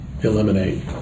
eliminate